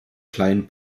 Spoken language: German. kleinen